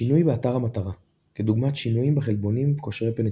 שינוי באתר המטרה כדוגמת שינויים בחלבונים קושרי פניצילין.